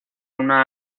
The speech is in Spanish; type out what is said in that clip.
una